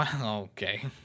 Okay